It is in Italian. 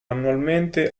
annualmente